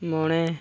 ᱢᱚᱬᱮ